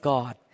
God